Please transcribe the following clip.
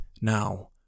now